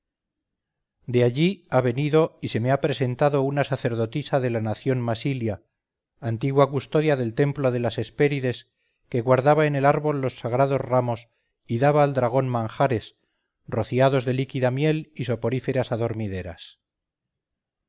de allí ha venido y se me ha presentado una sacerdotisa de la nación masilia antigua custodia del templo de las hespérides que guardaba en el árbol los sagrados ramos y daba al dragón manjares rociados de líquida miel y soporíferas adormideras